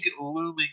looming